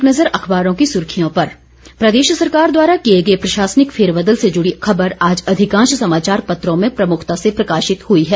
एक नजर अखबारों की सुर्खियों पर प्रदेश सरकार द्वारा किए गए प्रशासनिक फेरबदल से जुड़ी खबर आज अधिकांश समाचार पत्रों में प्रमुखता से प्रकाशित हुई है